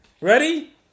Ready